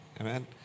Amen